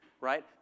right